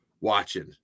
watching